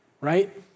right